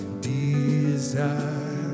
desire